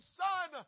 son